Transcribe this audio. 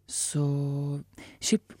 su šiaip